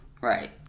Right